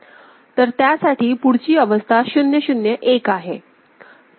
तर त्यासाठी पुढची अवस्था 0 0 1 आहे